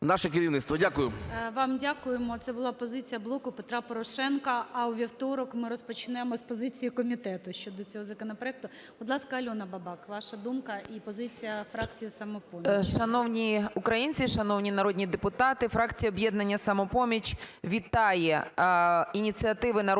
наше керівництво. Дякую.